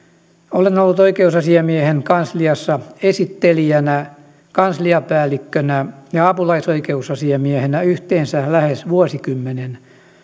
olen ollut oikeusasiamiehen kansliassa esittelijänä kansliapäällikkönä ja apulaisoikeusasiamiehenä yhteensä lähes vuosikymmenen ja